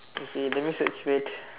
okay let me search wait